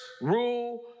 rule